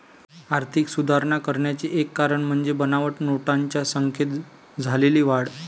आर्थिक सुधारणा करण्याचे एक कारण म्हणजे बनावट नोटांच्या संख्येत झालेली वाढ